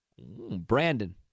Brandon